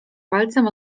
palcem